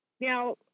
Now